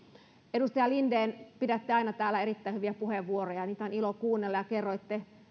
edustaja linden pidätte aina täällä erittäin hyviä puheenvuoroja niitä on ilo kuunnella ja kerroitte